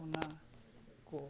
ᱚᱱᱟ ᱠᱚ